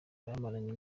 bamaranye